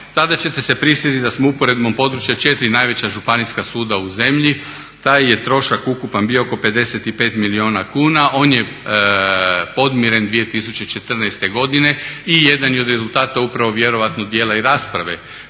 Tada ćete se prisjetit da smo usporedbom područja 4 najveća županijska suda u zemlji taj je trošak ukupan bio oko 55 milijuna kuna. On je podmiren 2014. godine i jedan je od rezultata upravo vjerojatno dijela i rasprave